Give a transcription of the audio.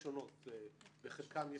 ושום דבר לא